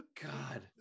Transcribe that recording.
God